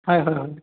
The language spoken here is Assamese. হয় হয় হয়